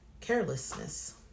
Carelessness